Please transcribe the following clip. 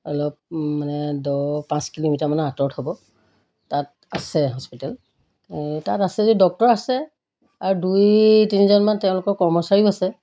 অলপ মানে দহ পাঁচ কিলোমিটাৰমানৰ আঁতৰত হ'ব তাত আছে হস্পিটেল তাত আছে যদি ডক্টৰ আছে আৰু দুই তিনিজনমান তেওঁলোকৰ কৰ্মচাৰীও আছে